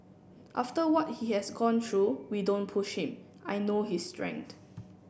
after what he has gone through we don't push him I know his strength